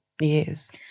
years